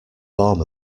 form